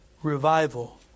Revival